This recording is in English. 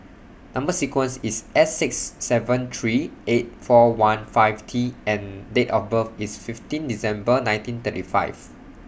Number sequence IS S six seven three eight four one five T and Date of birth IS fifteen December nineteen thirty five